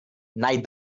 night